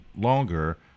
longer